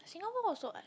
Singapore also [what]